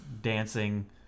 dancing